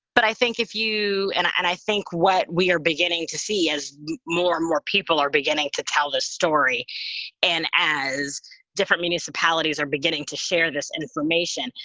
but i think if you and i and i think what we are beginning to see as more and more people are beginning to tell the story and as different municipalities are beginning to share this information,